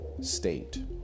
state